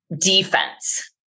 defense